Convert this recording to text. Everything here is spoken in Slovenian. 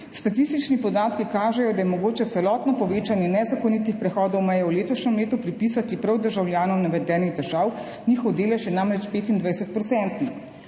Statistični podatki kažejo, da je mogoče celotno povečanje nezakonitih prehodov meje v letošnjem letu pripisati prav državljanom navedenih držav. Njihov delež je namreč